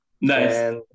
Nice